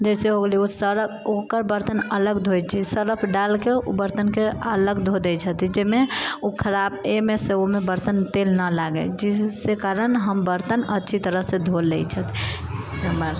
जैसे उ सरफ ओकर बर्तन अलग धोइ छियै सरफ डालके उ बर्तनके अलग धो दै छथि जाहिमे उ खराब अइमे से उमे बर्तन तेल ना लागे जिसके कारण हम बर्तन अच्छी तरह से धो लै छथि